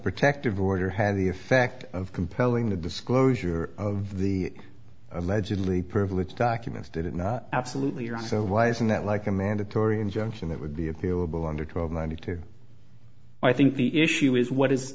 protective order had the effect of compelling the disclosure of the allegedly privileged documents did it not absolutely or so why isn't that like a mandatory injunction that would be appealable under twelve ninety two i think the issue is what is